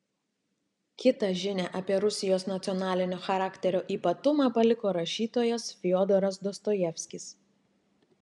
kitą žinią apie rusijos nacionalinio charakterio ypatumą paliko rašytojas fiodoras dostojevskis